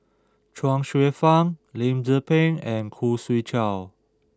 Chuang Hsueh Fang Lim Tze Peng and Khoo Swee Chiow